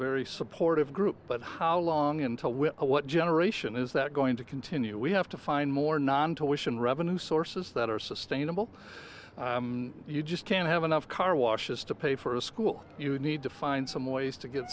very supportive group but how long until we're a what generation is that going to continue we have to find more non to wish in revenue sources that are sustainable you just can't have enough car washes to pay for a school you need to find some ways to get